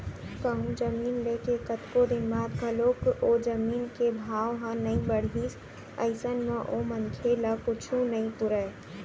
कहूँ जमीन ले के कतको दिन बाद घलोक ओ जमीन के भाव ह नइ बड़हिस अइसन म ओ मनखे ल कुछु नइ पुरय